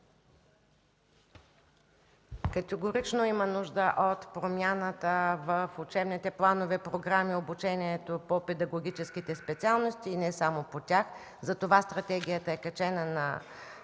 Категорично има нужда от промяна в учебните планове и програми в обучението по педагогическите специалности и не само по тях. Затова стратегията е качена на